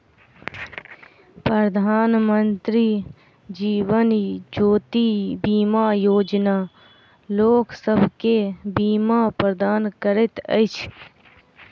प्रधानमंत्री जीवन ज्योति बीमा योजना लोकसभ के बीमा प्रदान करैत अछि